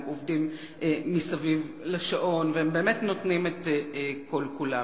הם עובדים מסביב לשעון והם באמת נותנים את עצמם כל כולם